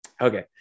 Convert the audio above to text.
Okay